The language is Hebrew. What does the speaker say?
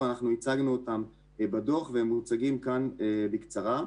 ואנחנו הצגנו אותם בדוח והם מוצגים כאן בקצרה.